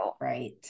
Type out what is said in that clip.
Right